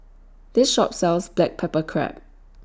This Shop sells Black Pepper Crab